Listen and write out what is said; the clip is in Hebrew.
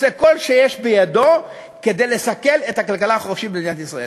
עושה כל שיש בידו כדי לסכל את הכלכלה החופשית במדינת ישראל.